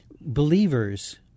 believers